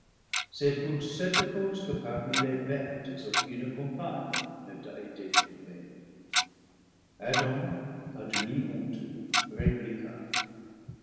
c'est pour cette cause que parmi les bêtes aucune compagne ne t'a été trou vée adam à demi honteux répliqua